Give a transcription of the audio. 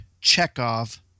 Chekhov